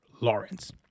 Lawrence